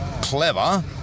clever